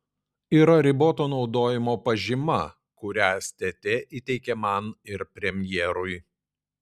yra riboto naudojimo pažyma kurią stt įteikė man ir premjerui